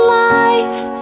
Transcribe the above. life